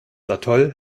atoll